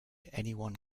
anyone